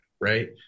right